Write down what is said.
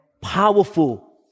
powerful